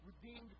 redeemed